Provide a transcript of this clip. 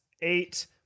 eight